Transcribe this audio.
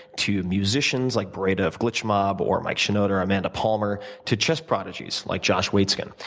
to musicians like boreta of glitch mob, or mike schneider, amanda palmer, to chess prodigies like josh waitzki.